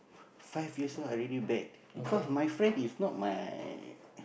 five years old I already bad because my friend is not my